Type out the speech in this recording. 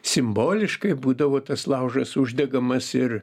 simboliškai būdavo tas laužas uždegamas ir